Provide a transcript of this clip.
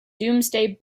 domesday